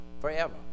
forever